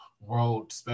world